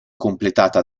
completata